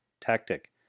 tactic